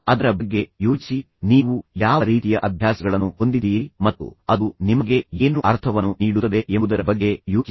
ಅದರ ಬಗ್ಗೆ ಯೋಚಿಸಿ ನೀವು ಯಾವ ರೀತಿಯ ಅಭ್ಯಾಸಗಳನ್ನು ಹೊಂದಿದ್ದೀರಿ ಮತ್ತು ಅದು ನಿಮಗೆ ಏನು ಅರ್ಥವನ್ನು ನೀಡುತ್ತದೆ ಎಂಬುದರ ಬಗ್ಗೆ ಯೋಚಿಸಿ